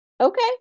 Okay